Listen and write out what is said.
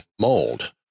mold